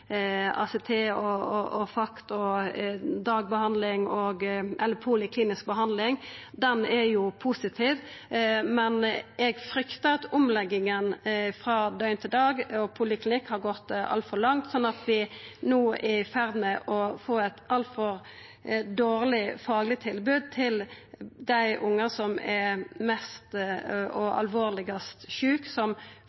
ACT, FACT og dagbehandling eller poliklinisk behandling, er positiv, men eg fryktar at omlegginga frå døgn til dag og poliklinikk har gått altfor langt, og at vi no er i ferd med å få eit altfor dårleg fagleg tilbod til dei ungane som er mest